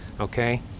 okay